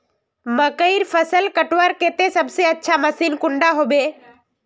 मकईर फसल कटवार केते सबसे अच्छा मशीन कुंडा होबे?